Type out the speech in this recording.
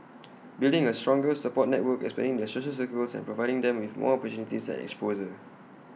building A stronger support network expanding their social circles and providing them with more opportunities and exposure